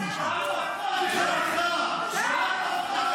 לפני שאתה מתחיל,